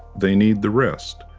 they need the rest.